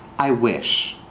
i wish.